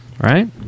Right